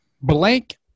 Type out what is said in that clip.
blank